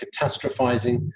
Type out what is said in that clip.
catastrophizing